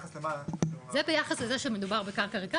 זה ביחס לזה שמדובר בקרקע ריקה,